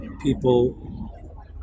people